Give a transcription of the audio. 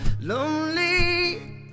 lonely